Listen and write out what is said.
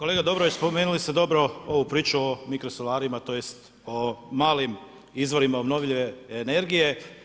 Kolega Dobrović, spomenuli ste dobro ovu priču o mikrosolarima, tj. o malim izvorima obnovljive energije.